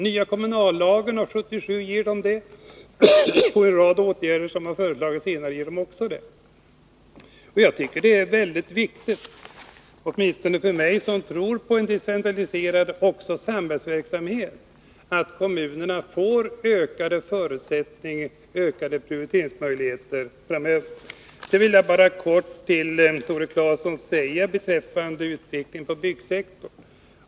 Nya kommunallagen från 1977 och en rad åtgärder som senare vidtagits ger dem det. För mig, som tror på en decentraliserad verksamhet, även samhällsverksamhet, är det viktigt att kommunerna framöver får ökade prioriteringsmöjligheter. Sedan vill jag bara helt kort säga några ord till Tore Claeson beträffande utvecklingen på byggsektorn.